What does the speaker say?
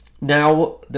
now